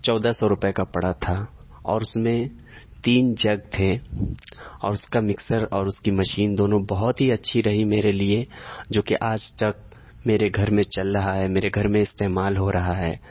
چودہ سو روپے کا پڑا تھا اور اس میں تین جگ تھے اور اس کا مکسر اور اس کی مشین دونوں بہت ہی اچھی رہی میرے لیے جوکہ آج تک میرے گھر میں چل رہا ہے میرے گھر میں استعمال ہو رہا ہے